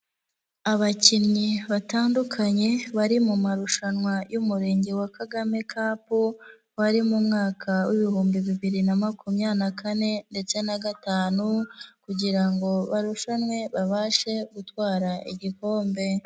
Abakinnyi batandukanye bari mu marushanwa y'umurenge wa Kagame cup, bari mu mwaka w'ibihumbi bibiri na makumyabiri na kane ndetse na gatanu, kugira ngo barushanwe babashe gutwara igikombe.